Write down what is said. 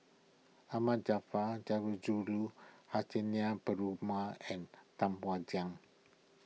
Ahmad Jarfar Sundarajulu Perumal and Tam Wai Jia